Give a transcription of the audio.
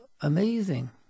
Amazing